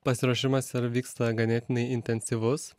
pasiruošimas ir vyksta ganėtinai intensyvus